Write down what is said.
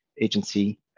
agency